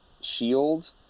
shield